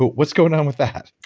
but what's going on with that?